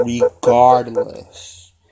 regardless